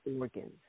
organs